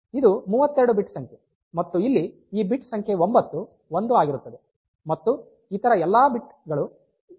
ಇದು 32 ಬಿಟ್ ಸಂಖ್ಯೆ ಮತ್ತು ಇಲ್ಲಿ ಈ ಬಿಟ್ ಸಂಖ್ಯೆ 9 1 ಆಗಿರುತ್ತದೆ ಮತ್ತು ಇತರ ಎಲ್ಲ ಬಿಟ್ ಗಳು 0 ಆಗಿರುತ್ತವೆ